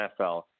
NFL